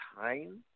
time